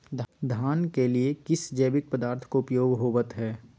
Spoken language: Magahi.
धान के लिए किस जैविक पदार्थ का उपयोग होवत है?